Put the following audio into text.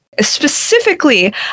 specifically